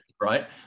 Right